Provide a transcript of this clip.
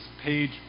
page